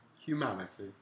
humanity